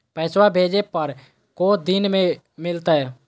पैसवा भेजे पर को दिन मे मिलतय?